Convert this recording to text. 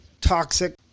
toxic